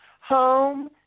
Home